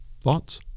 thoughts